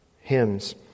hymns